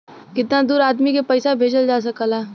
कितना दूर आदमी के पैसा भेजल जा सकला?